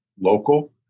local